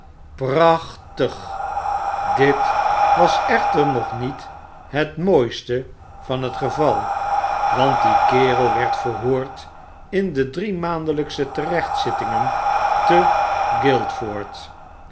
dit was echter nog niet het mooiste van het geval want die kerel werd verhoord in de driemaandelyksche terechtzittingen te